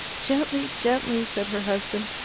gently! gently! said her husband.